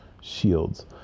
shields